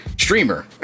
streamer